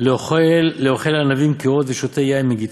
לאוכל ענבים קהות ושותה יין מגִתו,